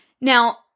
Now